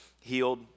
healed